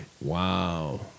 Wow